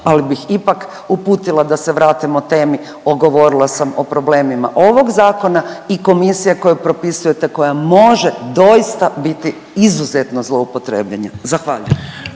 ali bih ipak uputila da se vratimo temi, govorila sam o problemima ovog zakona i komisija koju propisujete koja može doista biti izuzetno zloupotrebljena, zahvaljujem.